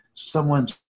Someone's